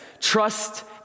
trust